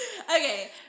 Okay